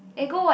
the